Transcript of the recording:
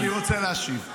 אני רוצה להשיב.